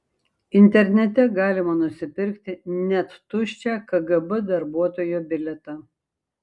internete galima nusipirkti net tuščią kgb darbuotojo bilietą